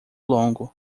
longo